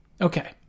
okay